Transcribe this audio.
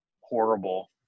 horrible